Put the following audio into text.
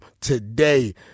today